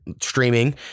streaming